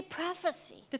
prophecy